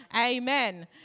Amen